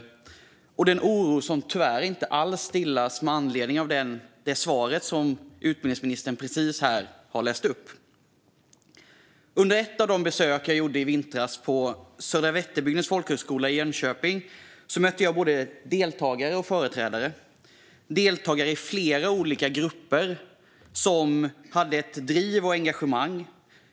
Det är en oro som tyvärr inte alls stillas av det svar som utbildningsministern precis har läst upp här. Under ett av de besök jag gjorde i vintras på Södra Vätterbygdens folkhögskola i Jönköping mötte jag både deltagare och företrädare - deltagare i flera olika grupper som hade ett driv och ett engagemang.